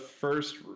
first